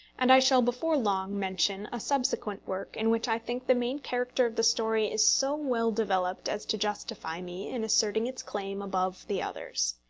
and i shall before long mention a subsequent work in which i think the main character of the story is so well developed as to justify me in asserting its claim above the others.